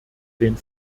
den